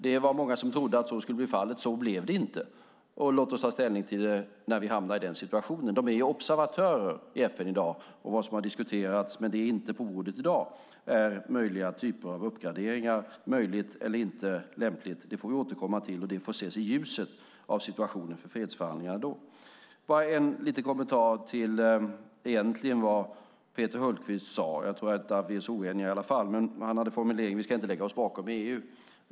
Det var många som trodde att så skulle bli fallet, men så blev det inte. Låt oss ta ställning till det när vi hamnar i den situationen. De är observatörer i FN i dag. Vad som har diskuterats, men inte är på bordet i dag, är möjliga typer av uppgraderingar. Om det är möjligt eller inte lämpligt får vi återkomma till. Det får ses i ljuset av situationen för fredsförhandlingarna då. Jag har en liten kommentar till vad Peter Hultqvist sade. Jag tror inte att vi är så oeniga i alla fall. Han formulerade det som att vi inte ska lägga oss bakom EU.